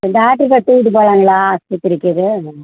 டாக்டர்கிட்ட தூக்கிட்டு போகலங்களா ஆஸ்பத்திரிக்கிது